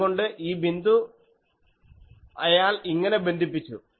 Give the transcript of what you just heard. അതുകൊണ്ട് ഈ ബിന്ദു അയാൾ ഇങ്ങനെ ബന്ധിപ്പിച്ചു